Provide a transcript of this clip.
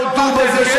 תודו בזה.